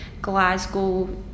Glasgow